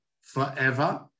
forever